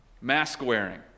Mask-wearing